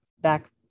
back